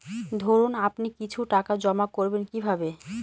ধরুন আপনি কিছু টাকা জমা করবেন কিভাবে?